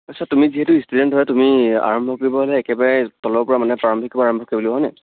আচ্ছা তুমি যিহেতু ষ্টুডেণ্ট হয় তুমি আৰম্ভ কৰি বহ'লে একেবাৰে তলৰ পৰা মানে প্ৰাৰম্ভিকৰ পৰা আৰম্ভ কৰিব লাগিব হয় নাই